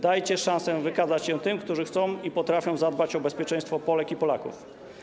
Dajcie szansę wykazać się tym, którzy chcą i potrafią zadbać o bezpieczeństwo Polek i Polaków.